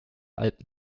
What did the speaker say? alpen